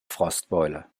frostbeule